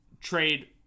Trade